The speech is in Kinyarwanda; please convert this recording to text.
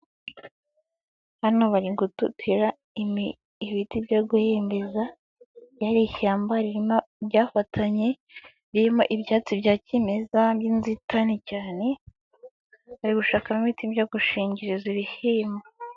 Hano bari gututira ibiti byo guhembeza, iri ni ishyamba ryafatanye, ririmo ibyatsi bya kimeza by'inzitane cyane, bari gushakamo ibiti byo gushingiriza ibishyimbo.